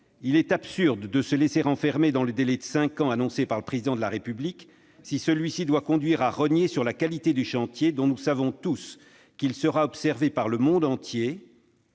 Il est absurde de se laisser enfermer dans le délai de cinq ans annoncé par le Président de la République s'il doit conduire à rogner sur la qualité du chantier, dont nous savons tous qu'il sera observé par le monde entier,